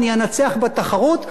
זאת לא תקשורת חופשית.